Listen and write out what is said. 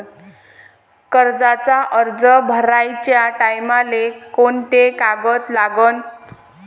कर्जाचा अर्ज भराचे टायमाले कोंते कागद लागन?